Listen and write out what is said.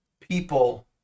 people